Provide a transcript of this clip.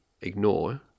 ignore